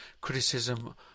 criticism